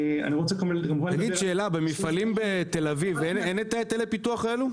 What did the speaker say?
אני רוצה כמובן במפעלים בתל אביב אין את היטלי הפיתוח האלה?